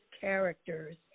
characters